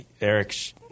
eric